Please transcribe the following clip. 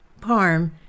parm